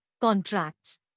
contracts